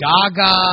Gaga